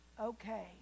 Okay